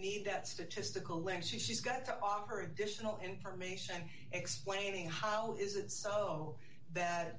need that statistical link she's got to offer additional information explaining how is it so that